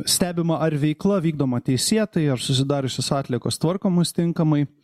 stebima ar veikla vykdoma teisėtai ar susidariusios atliekos tvarkomos tinkamai